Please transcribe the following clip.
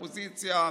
נגד האופוזיציה,